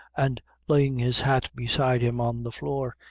and laying his hat beside him on the floor,